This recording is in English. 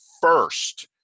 first